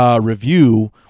review